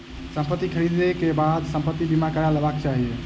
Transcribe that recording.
संपत्ति ख़रीदै के बाद संपत्ति बीमा करा लेबाक चाही